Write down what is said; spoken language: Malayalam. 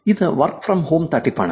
ഇത് വർക്ക് ഫ്രം ഹോം തട്ടിപ്പു ആണ്